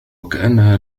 كأنها